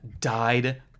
died